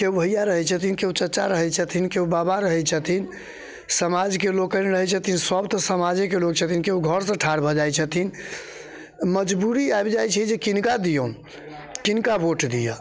केओ भैया रहैत छथिन केओ चाचा रहैत छथिन केओ बाबा रहैत छथिन समाजके लोकनि रहैत छथिन सब तऽ समाजेके लोक छथिन केओ घरसँ ठाढ़ भऽ जाइत छथिन मजबूरी आबि जाइत छै जे किनका दिऔन किनका भोट दिअ